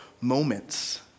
moments